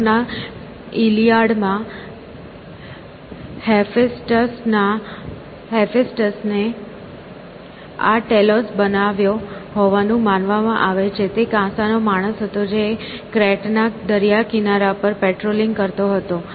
હોમરના "Iliad" માં હેફેસ્ટસને આ ટેલોસ બનાવ્યો હોવાનું માનવામાં આવે છે તે કાંસાનો માણસ હતો જે ક્રેટના દરિયાકિનારા પર પેટ્રોલિંગ કરતો હતો